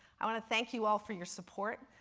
i want to thank you all for your support.